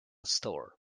store